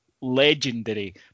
legendary